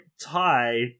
tie